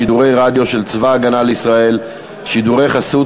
שידורי רדיו של צבא הגנה לישראל (שידורי חסות